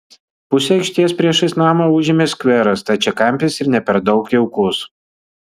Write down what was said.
pusę aikštės priešais namą užėmė skveras stačiakampis ir ne per daug jaukus